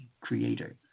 Creator